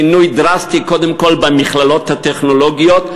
שינוי דרסטי קודם כול במכללות הטכנולוגיות,